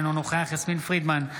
אינו נוכח יסמין פרידמן,